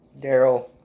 Daryl